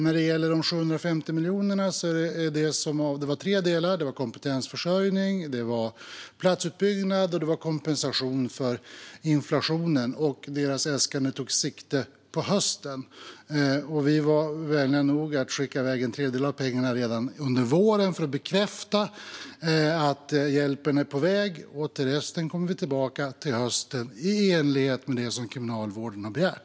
När det gäller de 750 miljonerna är det tre delar: kompetensförsörjning, platsutbyggnad och kompensation för inflationen. Kriminalvårdens äskande tog sikte på hösten, men vi var vänliga nog att skicka iväg en tredjedel av pengarna redan under våren för att bekräfta att hjälpen är på väg. Till resten kommer vi tillbaka till hösten i enlighet med det som Kriminalvården har begärt.